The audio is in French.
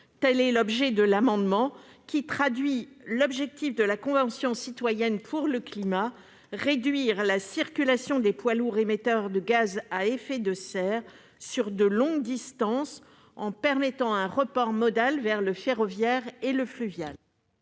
Le présent amendement vise à traduire l'objectif de la Convention citoyenne pour le climat intitulé « Réduire la circulation des poids lourds émetteurs de gaz à effet de serre sur de longues distances, en permettant un report modal vers le ferroviaire ou le fluvial